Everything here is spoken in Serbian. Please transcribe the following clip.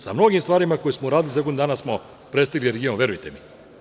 Sa mnogim stvarima koje smo uradili za godinu dana smo prestigli region, verujte mi.